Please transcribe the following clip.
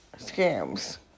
scams